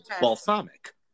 balsamic